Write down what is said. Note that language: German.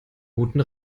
guten